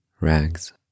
rags